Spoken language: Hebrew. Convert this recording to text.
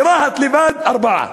ברהט לבד ארבעה.